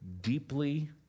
deeply